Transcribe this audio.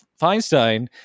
Feinstein